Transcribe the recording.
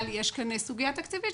אבל יש כאן סוגיה תקציבית,